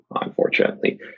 unfortunately